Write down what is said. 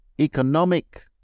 economic